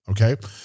Okay